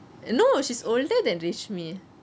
no she's older than rashmi